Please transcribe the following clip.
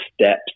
steps